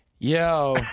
Yo